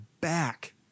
back